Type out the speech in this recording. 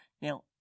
Now